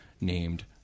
named